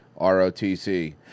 ROTC